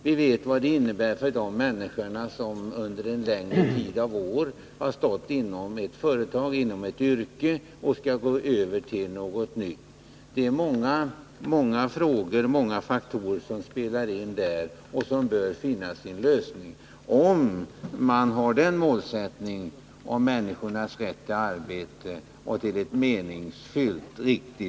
Vi vet vad det innebär för de människor som under många år har varit verksamma inom ett företag och inom ett yrke att gå över till något nytt. Många faktorer spelar in där och många frågor bör finna sin lösning, om man har som målsättning att trygga människors rätt till ett meningsfyllt arbete.